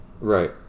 Right